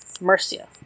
Mercia